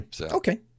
Okay